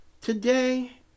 Today